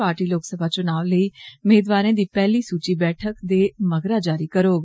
party Lok Sabha चुनाव लेई मेदवारें दी पैहली सूचि बैठक दे मगरा जारी करौग